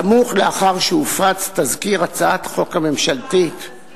סמוך לאחר שהופץ תזכיר הצעת החוק הממשלתית בנושא,